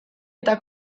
eta